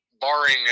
Barring